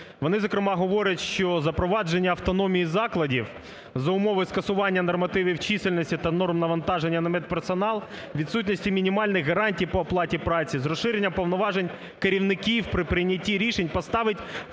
Вони зокрема говорять, що запровадження автономії закладів за умови скасування нормативів чисельності та норм навантаження на медперсонал, відсутності мінімальних гарантій по оплаті праці з розширенням повноважень керівників при прийнятті рішень поставить в кабальну